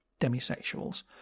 demisexuals